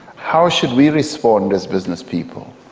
how should we respond as businesspeople?